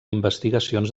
investigacions